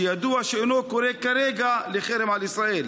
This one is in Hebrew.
שידוע שלא קורא כרגע לחרם על ישראל.